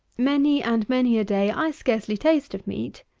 many and many a day i scarcely taste of meat,